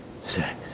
sex